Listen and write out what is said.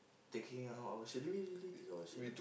thinking how should we really take out our shirt though